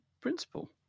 principle